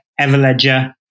Everledger